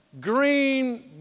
green